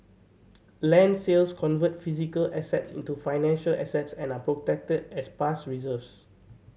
land sales convert physical assets into financial assets and are protected as past reserves